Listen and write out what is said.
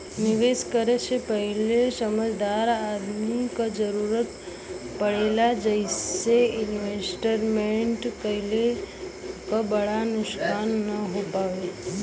निवेश करे से पहिले समझदार आदमी क जरुरत पड़ेला जइसे इन्वेस्टमेंट कइले क बड़ा नुकसान न हो पावे